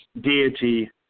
deity